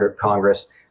Congress